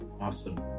awesome